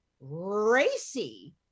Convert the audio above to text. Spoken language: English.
racy